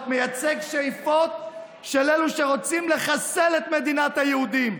מייצג שאיפות של אלו שרוצים לחסל את מדינת היהודים.